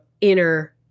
inner